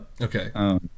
Okay